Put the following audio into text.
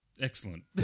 Excellent